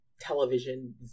television